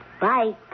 Bye